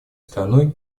страной